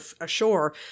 ashore